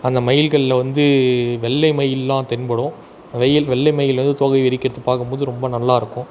அந்த மயில்களில் வந்து வெள்ளை மயிலெலாம் தென்படும் வெயில் வெள்ளை மயில் வந்து தோகை விரிக்கிறதை பார்க்கும்போது ரொம்ப நல்லா இருக்கும்